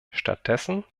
stattdessen